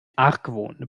argwohn